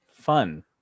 fun